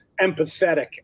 empathetic